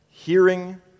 Hearing